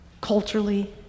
Culturally